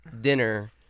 dinner